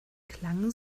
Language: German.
klang